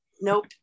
Nope